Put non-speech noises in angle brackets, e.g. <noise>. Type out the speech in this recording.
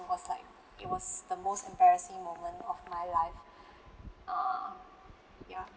it was like it was the most embarrassing moment of my life <breath> uh ya